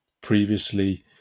previously